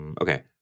Okay